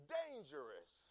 dangerous